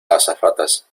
azafatas